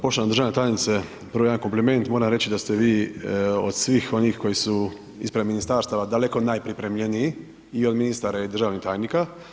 Poštovana državna tajnice, prvo jedan kompliment, moram reći da ste vi od svih onih koji su ispred ministarstava, daleko najpripremljeniji i od ministara i državnih tajnika.